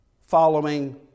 following